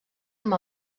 amb